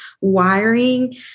wiring